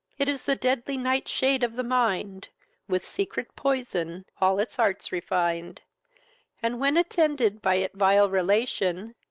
it is the deadly nightshade of the mind with secret poison all its arts refin'd and, when attended by it vile relation,